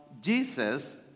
Jesus